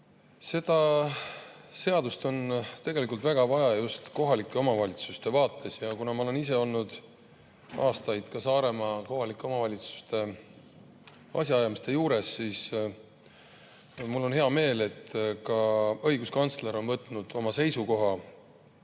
Seda seadust on tegelikult väga vaja just kohalike omavalitsuste vaates. Kuna ma olen ise olnud aastaid Saaremaa kohalike omavalitsuste asjaajamiste juures, siis mul on hea meel, et ka õiguskantsler on võtnud [selles